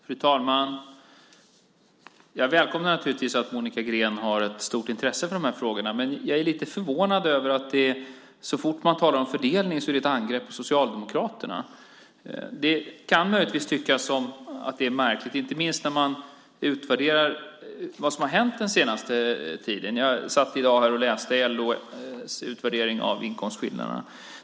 Fru talman! Jag välkomnar att Monica Green har ett stort intresse för de här frågorna. Men jag är lite förvånad över att så fort man talar om fördelning är det ett angrepp på Socialdemokraterna. Det kan tyckas vara märkligt, inte minst när man utvärderar vad som har hänt den senaste tiden. Jag läste i dag LO:s utvärdering av inkomstskillnaderna.